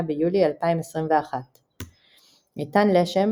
17 ביוני 2018 נחל אל-על,